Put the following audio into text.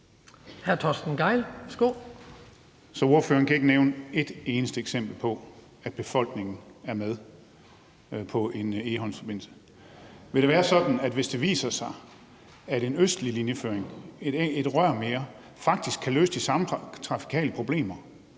Torsten Gejl (ALT): Så ordføreren kan ikke nævne et eneste eksempel på, at befolkningen er med på en Egholmsforbindelse. Vil det være sådan, at ordføreren, hvis det viser sig, at en østlig linjeføring, et rør mere, faktisk kan løse de samme trafikale problemer